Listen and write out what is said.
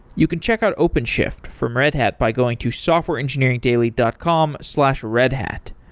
you can check out openshift from red hat by going to softwareengineeringdaily dot com slash redhat.